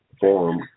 Forum